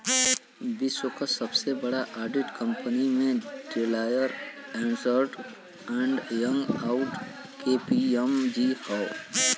विश्व क सबसे बड़ा ऑडिट कंपनी में डेलॉयट, अन्सर्ट एंड यंग, आउर के.पी.एम.जी हौ